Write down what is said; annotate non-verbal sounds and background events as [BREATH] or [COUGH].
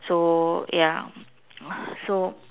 so ya [BREATH] so